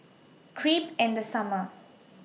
Crepe in The Summer